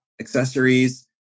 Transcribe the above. accessories